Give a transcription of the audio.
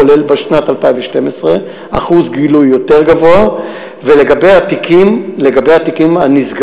כולל בשנת 2012. ולגבי התיקים הנסגרים,